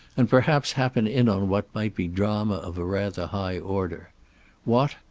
and perhaps happen in on what might be drama of a rather high order what,